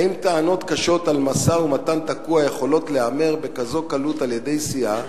האם טענות קשות על משא-ומתן תקוע יכולות להיאמר בכזאת קלות על-ידי סיעה